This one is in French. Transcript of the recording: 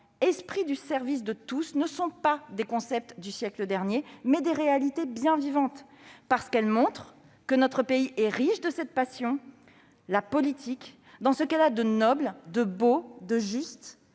esprit du service de tous ne sont pas des concepts du siècle dernier, mais des réalités bien vivantes. Elle montre que notre pays est riche de cette passion : la politique, dans ce qu'elle a de noble, de beau, de juste,